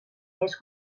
més